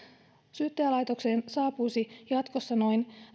syyttäjälaitokseen saapuisi jatkossa noin